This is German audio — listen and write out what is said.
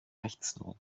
rechtsnorm